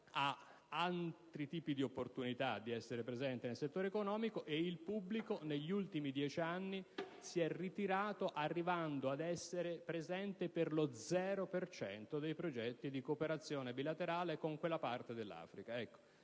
ha altri tipi di opportunità di essere presente nel settore economico, mentre il pubblico negli ultimi dieci anni si è ritirato, arrivando ad essere presente per lo zero per cento dei progetti di cooperazione bilaterale con quella parte dell'Africa.